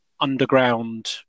underground